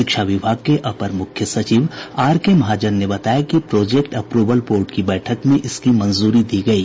शिक्षा विभाग के अपर मुख्य सचिव आर के महाजन ने बताया कि प्रोजेक्ट अप्रवल बोर्ड की बैठक में इसकी मंजूरी दी गयी